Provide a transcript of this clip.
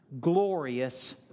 glorious